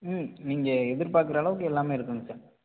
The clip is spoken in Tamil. ம் நீங்கள் எதிர் பார்க்குற அளவுக்கு எல்லாமே இருக்குதுங்க சார்